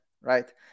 right